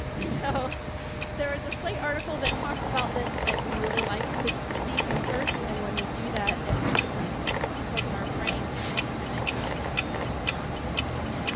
so there is a slate article that talked about this. that we really like to seek and search, and when we do that, it causes the chemicals in our brain ah to mimic the state that we're in when we're on cocaine.